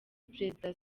perezida